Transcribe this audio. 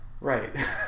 right